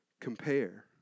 compare